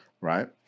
right